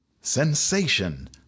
sensation